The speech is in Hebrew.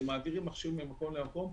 אלא הם מעבירים מכשירים ממקום למקום,